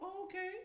okay